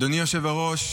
אדוני היושב-ראש,